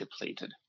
depleted